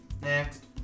Next